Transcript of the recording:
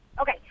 Okay